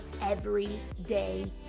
everyday